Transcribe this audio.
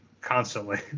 constantly